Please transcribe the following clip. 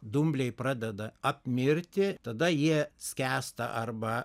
dumbliai pradeda apmirti tada jie skęsta arba